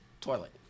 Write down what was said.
toilet